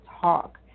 talk